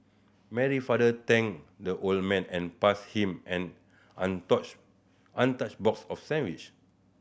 Mary father thanked the old man and passed him an untouched box of sandwich